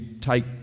take